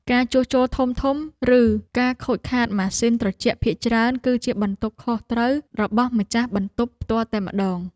ការជួសជុលធំៗឬការខូចខាតម៉ាស៊ីនត្រជាក់ភាគច្រើនគឺជាបន្ទុកខុសត្រូវរបស់ម្ចាស់បន្ទប់ផ្ទាល់តែម្តង។